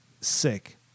Sick